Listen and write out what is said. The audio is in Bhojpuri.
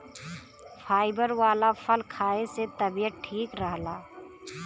फाइबर वाला फल खाए से तबियत ठीक रहला